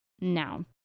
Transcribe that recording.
now